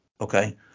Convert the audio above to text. okay